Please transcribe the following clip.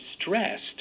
stressed